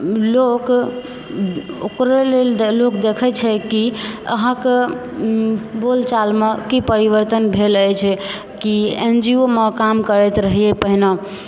लोक ओकरे लेल लोक देखैत छै की अहाँके बोलचालमे की परिवर्तन भेल अछि की एन जी ओ मे काम करैत रहियै पहिने